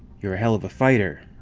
you're a hell of a fighter,